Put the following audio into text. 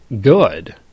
good